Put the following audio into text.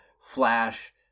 Flash